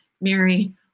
mary